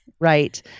right